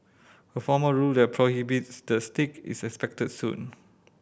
a formal rule that prohibits the stick is expected soon